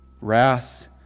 wrath